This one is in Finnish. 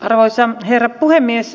arvoisa herra puhemies